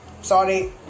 Sorry